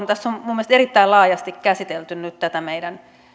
tässä keskustelussa on minun mielestäni erittäin laajasti käsitelty nyt tätä meidän